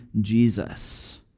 Jesus